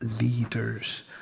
leaders